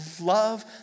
love